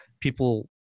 people